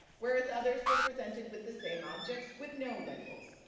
whereas others were presented with the same objects with no labels.